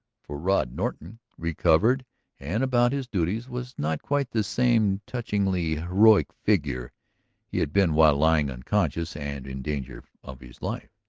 for rod norton, recovered and about his duties, was not quite the same touchingly heroic figure he had been while lying unconscious and in danger of his life.